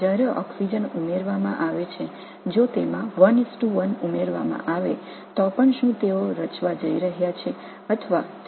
எனவே ஆக்ஸிஜன் சேர்க்கப்படும்போது அவை சுயாதீனமாக நடைபெறப் போகின்றன இது 1 1 சேர்க்கப்பட்டாலும் கூட